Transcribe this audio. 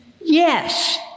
Yes